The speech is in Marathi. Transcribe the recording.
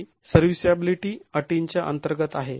ही सर्व्हीसॅबिलीटी अटींच्या अंतर्गत आहे